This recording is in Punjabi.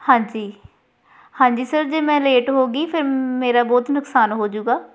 ਹਾਂਜੀ ਹਾਂਜੀ ਸਰ ਜੇ ਮੈਂ ਲੇਟ ਹੋ ਗਈ ਫ਼ਿਰ ਮੇਰਾ ਬਹੁਤ ਨੁਕਸਾਨ ਹੋਜੂਗਾ